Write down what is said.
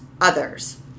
others